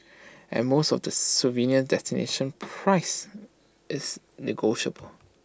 at most of the souvenir destinations price is negotiable